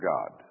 God